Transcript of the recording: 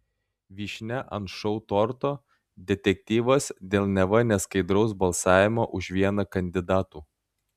vyšnia ant šou torto detektyvas dėl neva neskaidraus balsavimo už vieną kandidatų